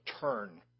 turn